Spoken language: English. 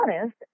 honest